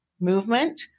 movement